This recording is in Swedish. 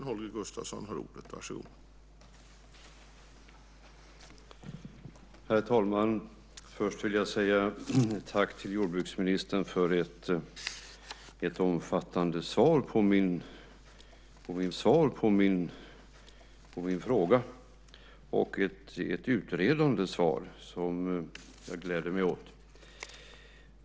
Herr talman! Först vill jag säga tack till jordbruksministern för ett omfattande svar på min fråga - och ett utredande svar som jag gläder mig åt.